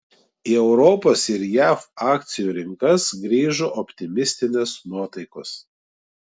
į europos ir jav akcijų rinkas grįžo optimistinės nuotaikos